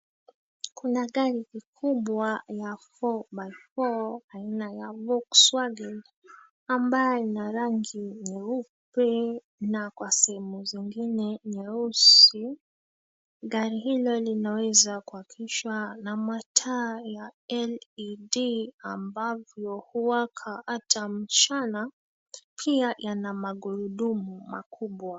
Kuna gari kikubwa ya four by four aina ya Volkswagen ambayo ina rangi nyeupe na kwa sehemu zingine nyeusi. Gari hilo linaweza kuwakishwa na mataa ya LED ambavyo huwaka hata mchana. Pia yana magurudumu makubwa.